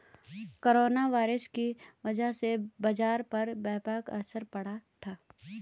corona virus की वजह से बाजार पर व्यापक असर पड़ा था